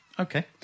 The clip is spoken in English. Okay